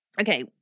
Okay